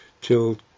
till